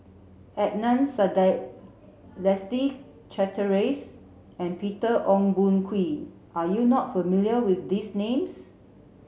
Adnan Saidi Leslie Charteris and Peter Ong Boon Kwee are you not familiar with these names